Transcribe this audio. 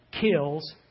kills